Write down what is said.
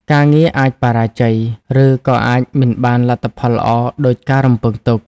ការងារអាចបរាជ័យ ឬក៏អាចមិនបានលទ្ធផលល្អដូចការរំពឹងទុក។